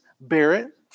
Barrett